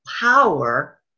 power